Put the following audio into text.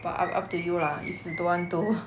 but up up to you lah if you don't want to